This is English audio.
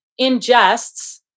ingests